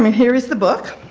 um and here's the book.